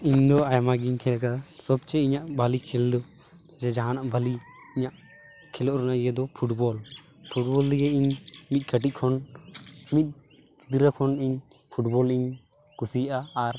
ᱤᱧᱫᱚ ᱟᱭᱢᱟ ᱜᱮᱧ ᱠᱷᱮᱞ ᱟᱠᱟᱫᱟ ᱥᱚᱵᱪᱮᱭᱮ ᱤᱧᱟᱹᱜ ᱵᱷᱟᱹᱞᱤ ᱠᱷᱮᱞ ᱫᱚ ᱡᱮ ᱡᱟᱦᱟᱱᱟᱜ ᱵᱷᱟᱹᱞᱤ ᱤᱧᱟᱹᱜ ᱠᱷᱮᱞᱳᱜ ᱨᱮᱱᱟᱜ ᱤᱭᱟᱹ ᱫᱚ ᱯᱷᱩᱴᱵᱚᱞ ᱯᱷᱩᱴᱵᱚᱞ ᱞᱟᱹᱜᱤᱜ ᱤᱧ ᱢᱤᱫᱠᱟᱴᱤᱡ ᱠᱷᱚᱱ ᱢᱤᱫ ᱜᱤᱫᱽᱨᱟᱹ ᱠᱷᱚᱱ ᱤᱧ ᱯᱷᱩᱴᱵᱚᱞᱤᱧ ᱠᱩᱥᱤᱭᱟᱜᱼᱟ ᱟᱨ